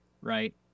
right